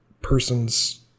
person's